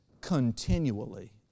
continually